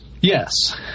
Yes